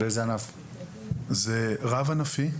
זה רב ענפי.